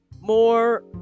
more